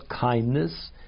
kindness